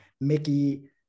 Mickey